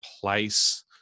place